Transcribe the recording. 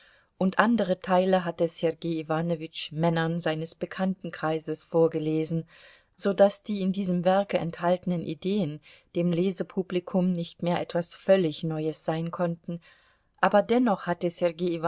und andere teile hatte sergei iwanowitsch männern seines bekanntenkreises vorgelesen so daß die in diesem werke enthaltenen ideen dem lesepublikum nicht mehr etwas völlig neues sein konnten aber dennoch hatte